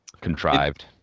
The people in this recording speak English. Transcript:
contrived